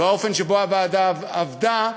והאופן שבו הוועדה עבדה,